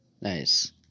Nice